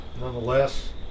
Nonetheless